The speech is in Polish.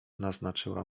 naznaczyła